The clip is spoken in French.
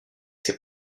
ses